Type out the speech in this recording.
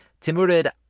Timurid